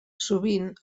sovint